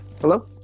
Hello